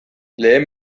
lehen